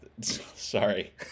Sorry